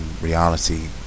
reality